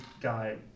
guy